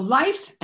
life